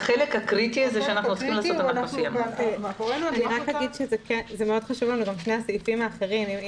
אני רק אומר שמאוד חשובים לנו גם שני הסעיפים האחרים.